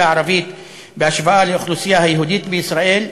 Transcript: הערבית בהשוואה לאוכלוסייה היהודית בישראל.